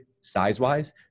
size-wise